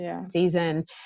season